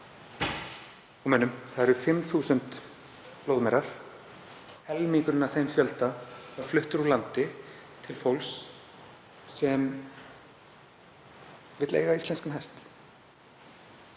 Og munum; það eru 5.000 blóðmerar. Helmingurinn af þeim fjölda var fluttur úr landi til fólks sem vill eiga íslenskan hest.